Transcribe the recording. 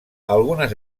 algunes